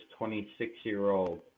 26-year-old